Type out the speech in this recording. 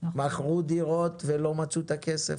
מכרו דירות ולא מצאו את הכסף.